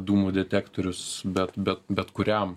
dūmų detektorius bet bet bet kuriam